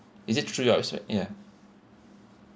is it through your website ya